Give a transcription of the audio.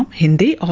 in the